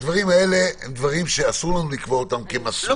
אלה דברים שאסור לנו לקבוע אותם כמסמרות.